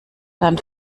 dann